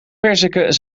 perziken